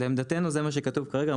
לעמדתנו זה מה שכתוב כרגע,